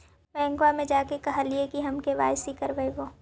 बैंकवा मे जा के कहलिऐ कि हम के.वाई.सी करईवो?